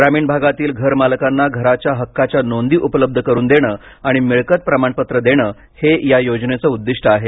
ग्रामीण भागातील घर मालकांना घराच्या हक्काच्या नोंदी उपलब्ध करून देणं आणि मिळकत प्रमाणपत्र देणे हे योजनेचं उद्दीष्ट आहे